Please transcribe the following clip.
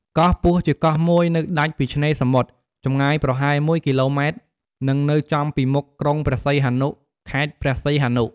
កោះពស់ ជាកោះមួយនៅដាច់ពីឆ្នេរសមុទ្រ ចម្ងាយប្រហែល ១គីឡូម៉ែត្រ និងនៅចំពីមុខក្រុងព្រះសីហនុ ខេត្តព្រះសីហនុ។